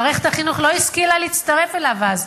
מערכת החינוך לא השכילה להצטרף אליו אז.